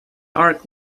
arch